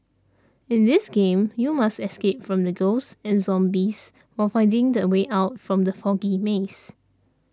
in this game you must escape from ghosts and zombies while finding the way out from the foggy maze